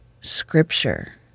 Scripture